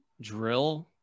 drill